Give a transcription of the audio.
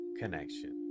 connection